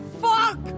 Fuck